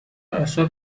اثر